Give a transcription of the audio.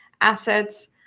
assets